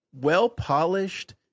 well-polished